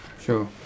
Sure